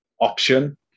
option